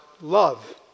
love